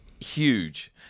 huge